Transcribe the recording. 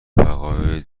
بقایای